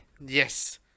Yes